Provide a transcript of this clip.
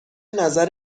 نظر